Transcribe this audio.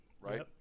right